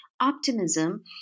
optimism